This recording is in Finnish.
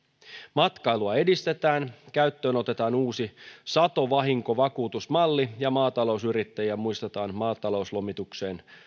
matkailua edistetään käyttöön otetaan uusi satovahinkovakuutusmalli ja maatalousyrittäjiä muistetaan maatalouslomitukseen